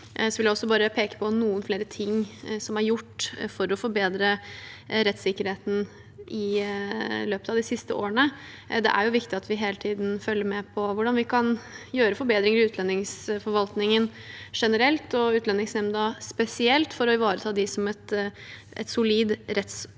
jeg også bare peke på noen flere ting som er gjort for å forbedre rettssikkerheten i løpet av de siste årene. Det er viktig at vi hele tiden følger med på hvordan vi kan gjøre forbedringer i utlendingsforvaltningen generelt og i Utlendingsnemnda spesielt, for å ivareta dem som et solid